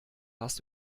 hast